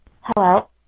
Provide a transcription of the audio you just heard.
Hello